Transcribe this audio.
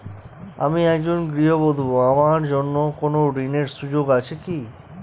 আমি একজন গৃহবধূ আমার জন্য কোন ঋণের সুযোগ আছে কি?